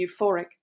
euphoric